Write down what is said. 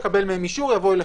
יקבל מהם אישור ויבוא אליכם.